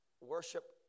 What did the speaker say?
worship